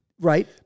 Right